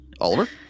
Oliver